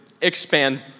Expand